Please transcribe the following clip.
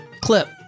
clip